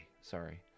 Sorry